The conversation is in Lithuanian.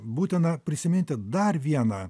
būtina prisiminti dar vieną